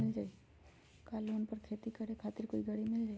का लोन पर कोई भी खेती करें खातिर गरी मिल जाइ?